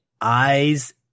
eyes